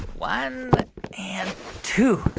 one but and two.